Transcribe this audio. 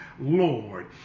Lord